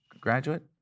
graduate